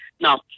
Now